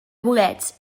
bolets